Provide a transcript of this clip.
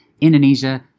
Indonesia